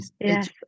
Yes